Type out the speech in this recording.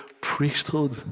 priesthood